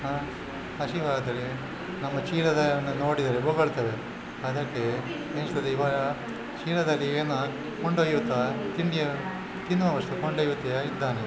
ಹಸಿವಾದರೆ ನಮ್ಮ ಚೀಲಗಳನ್ನು ನೋಡಿದರೆ ಬೊಗಳ್ತದೆ ಅದಕ್ಕೆ ಎಣಿಸ್ತದೆ ಇವರ ಚೀಲದಲ್ಲಿ ಏನೋ ಕೊಂಡೊಯ್ಯುತ್ತಾರೆ ತಿಂಡಿಯ ತಿನ್ನುವ ವಸ್ತು ಕೊಂಡೊಯ್ಯುತ್ತಾ ಇದ್ದಾನೆ